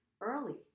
early